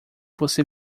você